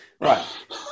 Right